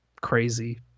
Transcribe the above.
crazy